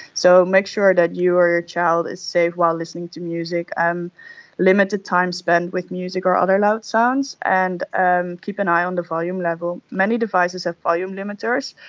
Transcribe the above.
so make sure that your your child is safe while listening to music, and um limit the time spent with music or other loud sounds, and um keep an eye on the volume level. many devices have volume limiters,